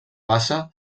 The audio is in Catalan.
bassa